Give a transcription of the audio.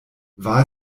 war